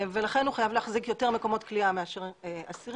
לכן הוא חייב להחזיר יותר מקומות כליאה מאשר אסירים.